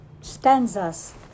stanzas